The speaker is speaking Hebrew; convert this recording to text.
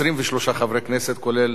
כולל יושב-ראש הוועדה,